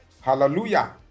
Hallelujah